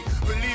Believe